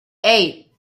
eight